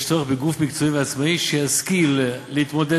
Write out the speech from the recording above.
יש צורך בגוף מקצועי ועצמאי שישכיל להתמודד